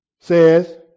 says